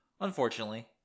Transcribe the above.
Unfortunately